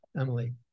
Emily